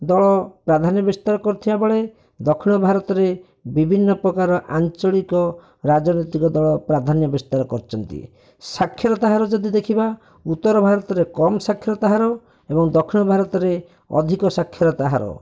ଦଳ ପ୍ରାଧାନ୍ୟ ବିସ୍ତାର କରିଥିବା ବେଳେ ଦକ୍ଷିଣ ଭାରତରେ ବିଭିନ୍ନ ପ୍ରକାର ଆଞ୍ଚଳିକ ରାଜନୈତିକ ଦଳ ପ୍ରାଧାନ୍ୟ ବିସ୍ତାର କରିଛନ୍ତି ସାକ୍ଷରତା ହାର ଯଦି ଦେଖିବା ଉତ୍ତର ଭାରତରେ କମ୍ ସାକ୍ଷରତା ହାର ଏବଂ ଦକ୍ଷିଣ ଭାରତରେ ଅଧିକ ସାକ୍ଷରତା ହାର